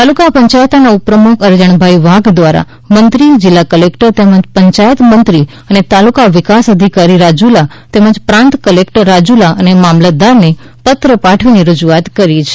તાલુકા પંચાયતના ઉપપ્રમુખ અરજણભાઈ વાઘ દ્વારા મંત્રી જિલ્લા કલેકટર તેમજ પંચાયત મંત્રી અને તાલુકા વિકાસ અધિકારી રાજુલા તેમજ પ્રાંત કલેકટર રાજુલા અને મામલતદારને પત્ર પાઠવી રજૂઆત કરી છે